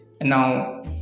now